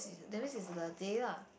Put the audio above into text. that means is the day lah